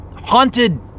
haunted